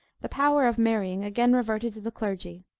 the power of marrying again reverted to the clergy.